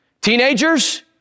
Teenagers